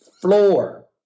floor